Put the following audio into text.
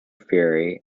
fury